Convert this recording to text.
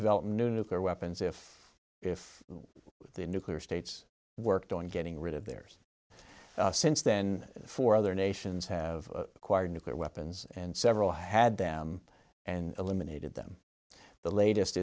develop new nuclear weapons if if the nuclear states worked on getting rid of theirs since then for other nations have acquired nuclear weapons and several had them and eliminated them the latest